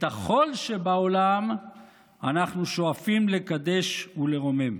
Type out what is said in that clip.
את החול שבעולם אנחנו שואפים לקדש ולרומם.